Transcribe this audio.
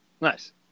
nice